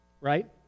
right